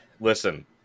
listen